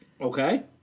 Okay